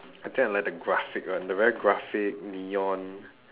I think I like the graphic one the very graphic neon